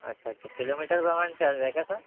अच्छा अच्छा किलोमीटरप्रमाणे चाललं आहे का तर